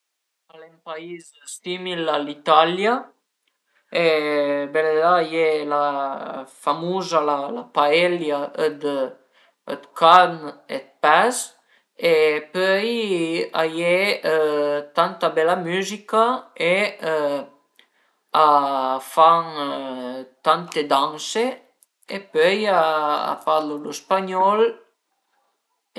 Mi chërdu pa ai fantazmi përché secund mi a ezistu pa, ma certe persun-e ënvece a s'ie sögnu e a pensu ch'a i sìu verament e certe volte a i veiu anche, propu anche ën le ca, magara a veiu 'na porta ch'a s'dröu da sula sai pa